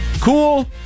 cool